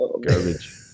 Garbage